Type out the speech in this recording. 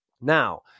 Now